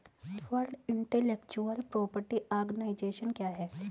World intellectual property organisation क्या है?